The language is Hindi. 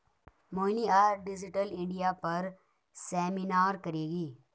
मोहिनी आज डिजिटल इंडिया पर सेमिनार करेगी